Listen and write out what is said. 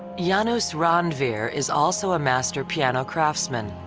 jaanus randveer is also a master piano craftsman.